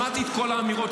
שמעתי את כל האמירות,